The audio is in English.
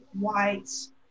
whites